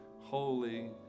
holy